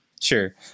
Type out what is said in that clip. sure